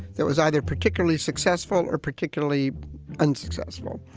there was either particularly successful or particularly unsuccessful,